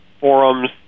forums